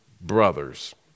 brothers